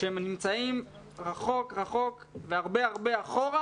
כשהם נמצאים רחוק רחוק והרבה אחורה